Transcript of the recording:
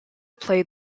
played